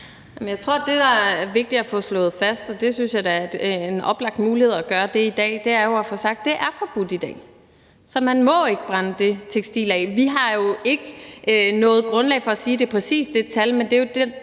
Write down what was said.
Jeg tror, at det, der er vigtigt at få slået fast – og det synes jeg er en oplagt mulighed at gøre i dag – er, at det er forbudt i dag. Man må ikke brænde det tekstil af. Vi har jo ikke noget grundlag for at sige, at det er præcis det tal, men det er jo det